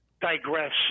digress